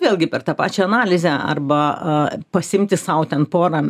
vėlgi per tą pačią analizę arba pasiimti sau ten porą